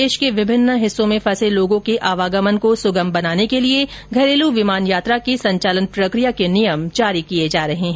देश के विभिन्न हिस्सों में फंसे लोगों के आवागमन को सुगम बनाने के लिए घरेलु विमान यात्रा के संचालन प्रकिया के नियम जारी किए जा रहे हैं